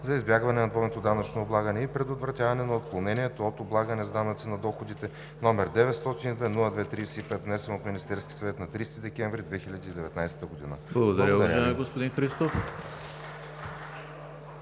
за избягване на двойното данъчно облагане и предотвратяване на отклонението от облагане с данъци на доходите, № 902-02-35, внесен от Министерския съвет на 30 декември 2019 г.“